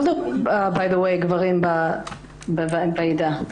טוב לראות גברים בוועדה.